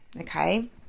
okay